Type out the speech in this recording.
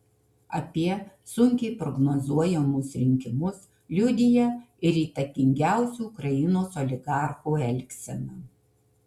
apie sunkiai prognozuojamus rinkimus liudija ir įtakingiausių ukrainos oligarchų elgsena